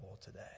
today